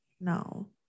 No